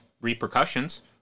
repercussions